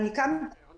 ראש הממשלה